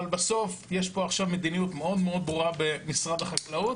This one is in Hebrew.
בסוף יש פה עכשיו מדיניות מאוד ברורה במשרד החקלאות,